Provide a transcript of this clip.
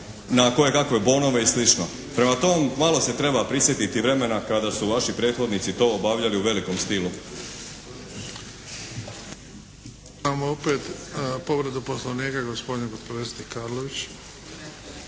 na kojekakve bonove i slično. Prema tome, malo se treba prisjetiti vremena kada su vaši prethodnici to obavljali u velikom stilu.